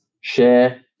share